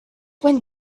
when